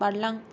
बारलां